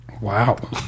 Wow